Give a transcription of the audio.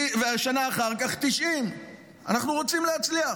ובשנה אחר כך, 90. אנחנו רוצים להצליח.